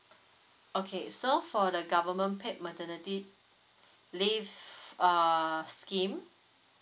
okay so for the government paid maternity leave err scheme